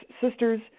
*Sisters*